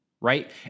right